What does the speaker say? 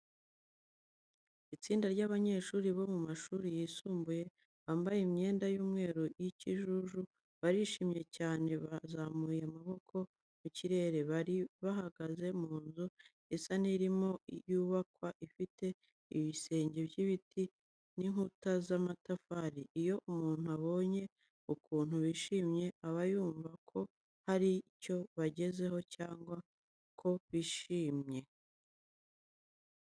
Itsinda ry'abanyeshuri bo mu mashuri yisumbuye, bambaye imyenda y'umweru n'ikijuju. Barishimye cyane bazamuye amaboko mu kirere. Bari bahagaze mu nzu isa n'irimo yubakwa, ifite ibisenge by'ibiti n'inkuta z'amatafari. Iyo umuntu abonye ukuntu bishimye, aba yumva ko hari icyo bagezeho cyangwa ko bishimye.